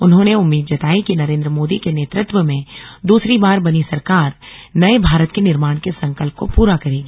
उन्होंने उम्मीद जताई कि नरेंद्र मोदी के नेतृत्व में दूसरी बार बनी सरकार नए भारत के निर्माण के संकल्प को पूरा करेगी